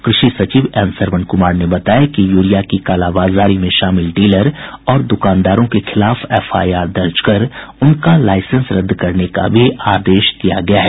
कृषि सचिवएन सरवन कुमार ने बताया कि यूरिया की कालाबाजारी में शामिल डीलर और द्रकानदारों के खिलाफ एफआईआर दर्ज कर उनका लाइसेंस रद्द करने का भी आदेश दिया गया है